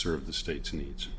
serve the state's needs